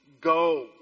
Go